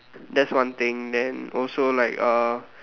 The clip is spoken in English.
that's one thing then also like a